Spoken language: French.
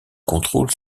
contrôle